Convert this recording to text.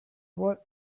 what